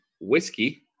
whiskey